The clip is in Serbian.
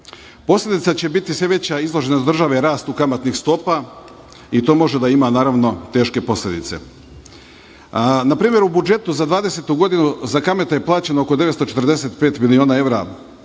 Posledica će biti sve veća izloženost države rastu kamatnih stopa i to može da ima, naravno, teške posledice. Na primer, u budžetu za 2020. godinu za kamate je plaćeno oko 945 miliona evra,